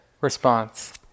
response